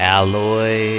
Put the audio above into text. Alloy